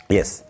Yes